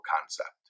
concept